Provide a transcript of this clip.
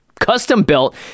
custom-built